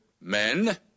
men